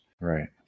right